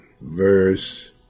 verse